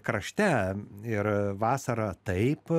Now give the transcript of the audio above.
krašte ir vasarą taip